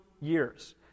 years